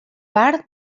part